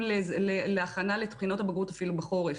להכנה לבחינות הבגרות אפילו בחורף.